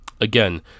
Again